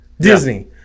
Disney